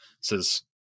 says